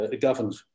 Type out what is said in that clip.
governed